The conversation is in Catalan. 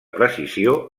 precisió